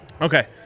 Okay